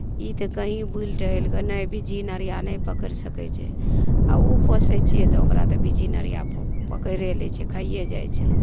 ई तऽ कही बुलि टहलि कऽ नहि बिज्जी नढ़ीआ नहि पकड़ि सकैत छै आ ओ पोसैत छियै तऽ ओकरा तऽ बिज्जी नढ़ीआ पकैरे लै छै खाइये जाए छै